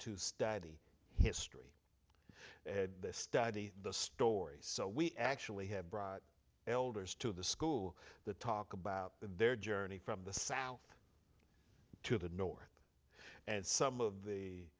to study history study the story so we actually have brought elders to the school the talk about their journey from the south to the north and some of the